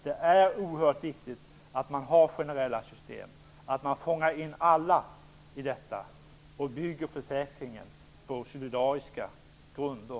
Det är oerhört viktigt att man har generella system, att man fångar in alla i detta och bygger försäkringen på solidariska grunder.